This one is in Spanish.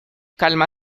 calma